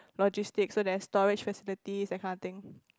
logistics so there's storage facilities that kind of thing